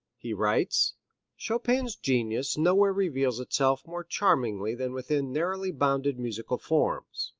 he writes chopin's genius nowhere reveals itself more charmingly than within narrowly bounded musical forms.